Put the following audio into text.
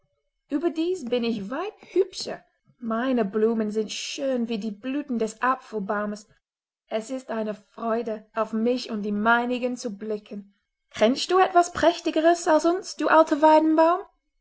überdies bin ich weit hübscher meine blumen sind schön wie die blüten des apfelbaumes es ist eine freude auf mich und die meinigen zu blicken kennst du etwas prächtigeres als uns du alter weidenbaum